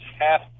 half